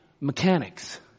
mechanics